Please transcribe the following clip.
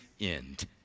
end